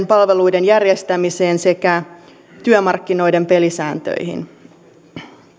palveluiden järjestämiseen sekä työmarkkinoiden pelisääntöihin